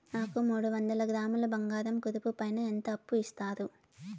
నాకు మూడు వందల గ్రాములు బంగారం కుదువు పైన ఎంత అప్పు ఇస్తారు?